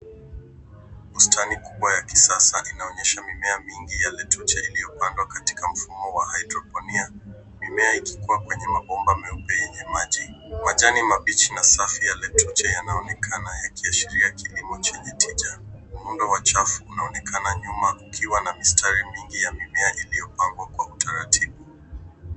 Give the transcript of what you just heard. Bustani kubwa ya kisasa inaonyesha mimea mingi ya letuche iliyopandwa kwa mfumo wa hidroponia, mimea ikiwa kwenye mabomba meupe yenye maji. Majani mabichi na safi ya letuche yanaonekana yakiashiria kilimo chenye tija. Muundo wa chafu unaonekana nyuma ukiwa na mistari mingi ya mimea iliyopangwa kwa utaratibu.